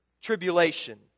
tribulation